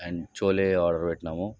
and chole order పెట్టినాము